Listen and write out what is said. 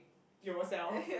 yourself